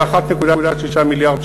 זה 1.6 מיליארד שקלים.